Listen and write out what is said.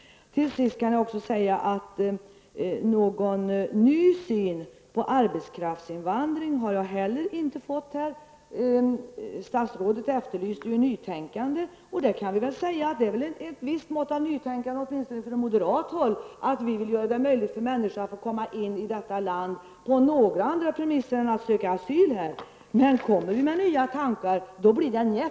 Till sist vill jag också säga att jag inte heller har fått höra utryck för någon ny syn på arbetskraftsinvandring. Statsrådet efterlyste nytänkande, och vi kan väl säga att det åtminstone på moderat håll är ett visst nytänkande. Vi vill göra det möjligt för människor att komma in i vårt land på andra premisser än som asylsökande. Men när vi kommer med nya tankar blir det njet.